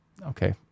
okay